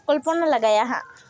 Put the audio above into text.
ᱠᱚᱞᱯᱚᱱᱟ ᱞᱮᱜᱟᱭᱟᱦᱟᱸᱜ